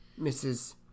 Mrs